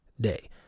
day